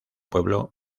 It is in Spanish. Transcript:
pueblo